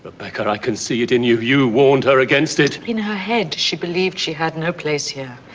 rebecca, i can see it in you, you warned her against it. in her head she believed she had no place here.